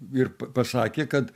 ir pasakė kad